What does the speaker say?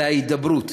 אלא ההידברות.